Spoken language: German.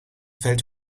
fällt